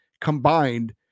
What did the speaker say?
combined